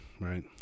Right